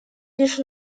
лишь